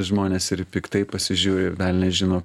žmonės ir piktai pasižiūri velnias žino